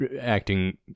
acting